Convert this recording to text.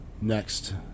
next